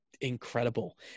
incredible